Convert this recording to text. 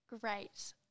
great